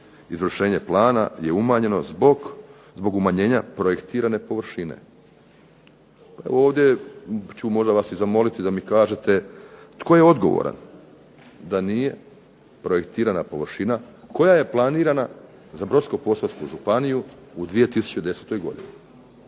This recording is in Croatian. izvršenje plana umanjeno zbog projektirane površine. Ovdje ću vas zamoliti da mi kažete tko je odgovoran da nije projektirana površina koja je planirana za Brodsko-posavsku županiju u 2010. godini?